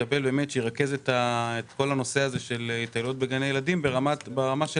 שירכז את כל הנושא הזה של התעללות בגני ילדים ברמה של